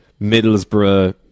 Middlesbrough